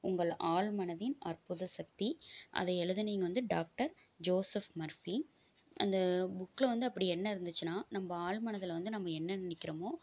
உங்கள் ஆழ்மனதின் அற்புத சக்தி அதை எழுதுனவைங்க வந்து டாக்டர் ஜோஸப் மர்ஃபி அந்த புக்கில் வந்து அப்படி என்ன இருந்துச்சுன்னால் நம்ப ஆழ்மனதுல வந்து நம்ம என்ன நினைக்கிறோமோ